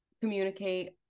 Communicate